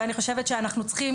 ואני חושבת שאנחנו צריכים,